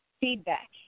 feedback